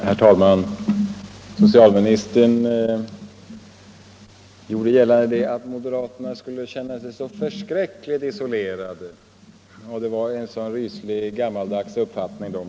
Herr talman! Socialministern gjorde gällande att moderaterna skulle känna sig så förskräckligt isolerade och att de hade en så rysligt gammaldags uppfattning.